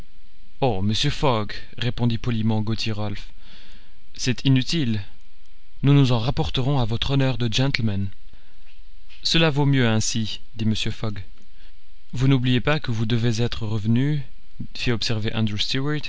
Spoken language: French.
oh monsieur fogg répondit poliment gauthier ralph c'est inutile nous nous en rapporterons à votre honneur de gentleman cela vaut mieux ainsi dit mr fogg vous n'oubliez pas que vous devez être revenu fit observer andrew